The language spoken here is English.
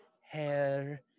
hair